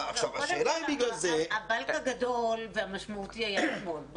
השאלה אם בגלל זה --- קודם כל הבית הגדול והמשמעותי היה נכון.